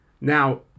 Now